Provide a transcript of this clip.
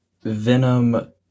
Venom